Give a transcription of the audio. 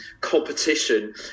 competition